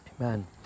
Amen